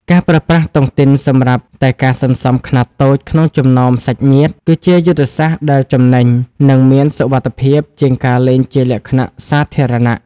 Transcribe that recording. ការប្រើប្រាស់តុងទីនសម្រាប់តែការសន្សំខ្នាតតូចក្នុងចំណោមសាច់ញាតិ គឺជាយុទ្ធសាស្ត្រដែលចំណេញ និងមានសុវត្ថិភាពជាងការលេងជាលក្ខណៈសាធារណៈ។